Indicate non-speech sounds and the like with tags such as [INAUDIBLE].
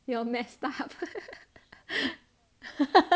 不要 mix up [LAUGHS]